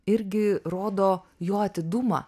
irgi rodo jo atidumą